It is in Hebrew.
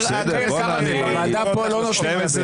חבר הכנסת מאיר כהן -- בוועדה פה לא